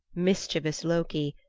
mischievous loki,